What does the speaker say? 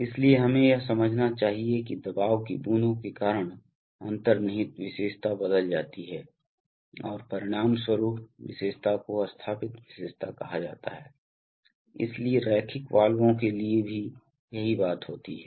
इसलिए हमें यह समझना चाहिए कि दबाव की बूंदों के कारण अंतर्निहित विशेषता बदल जाती है और परिणामस्वरूप विशेषता को स्थापित विशेषता कहा जाता है इसलिए रैखिक वाल्वों के लिए भी यही बात होती है